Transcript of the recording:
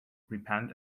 repent